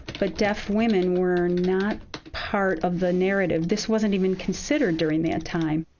but deaf women were not part of the narrative. this wasn't even considered during their time.